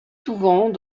souvent